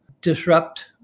disrupt